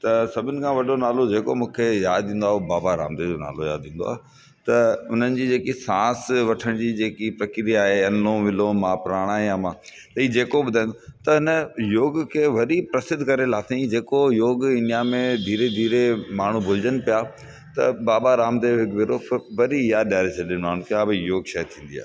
त सभिनि खां वॾो नालो जेको मूंखे यादि ईंदो आहे उहो बाबा रामदेव जो नालो यादि ईंदो आहे त उन्हनि जी जेकी सांस वठण जी जेकी प्रक्रिया आहे अनुनोम विलोम आहे प्रणायम आहे हीअ ई जेको ॿुधाइनि त हिन योग खे वरी प्रसिद्ध करे लाथईं जेको योग इंडिया में धीरे धीरे माण्हू भुलिजनि पिया त बाबा रामदेव हिकु विरोफ वरी यादि ॾियारे छॾी माण्हुनि खे की हा भई योग शइ थींदी आहे